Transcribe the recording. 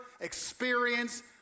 experience